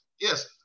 Yes